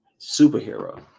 superhero